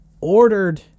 ordered